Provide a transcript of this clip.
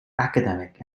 academic